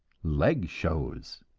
leg shows.